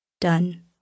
done